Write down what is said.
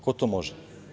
Ko to može?